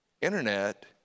Internet